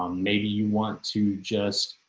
um maybe you want to just